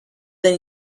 than